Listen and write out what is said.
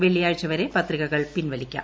വെള്ളിയാഴ്ച വരെ പത്രികകൾ പിൻവലിക്കാം